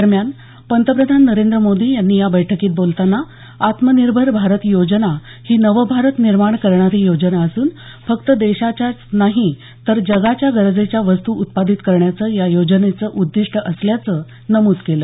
दरम्यान पंतप्रधान नरेंद्र मोदी यांनी या बैठकीत बोलताना आत्मनिर्भर भारत योजना ही नवभारत निर्माण करणारी योजना असून फक्त देशाच्याच नाही तर जगाच्या गरजेच्या वस्तू उत्पादित करण्याचं या योजनेचं उद्दीष्ट असल्याचं नमूद केलं